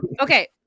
Okay